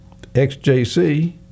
XJC